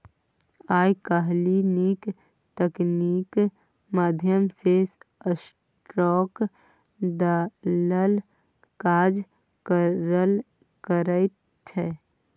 आय काल्हि नीक तकनीकीक माध्यम सँ स्टाक दलाल काज करल करैत छै